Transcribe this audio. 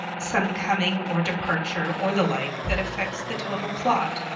some coming or departure or the like that affects the total plot.